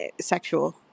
sexual